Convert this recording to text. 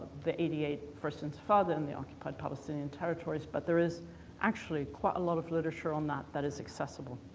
the eighty eight first intifada and the occupied palestinian territories, but there is actually quite a lot of literature on that that is accessible.